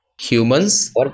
humans